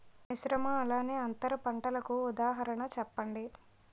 మిశ్రమ అలానే అంతర పంటలకు ఉదాహరణ చెప్పండి?